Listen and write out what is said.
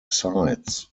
sites